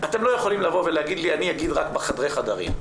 אתם לא יכולים לבוא ולהגיד לי: אני אגיד רק בחדרי חדרים.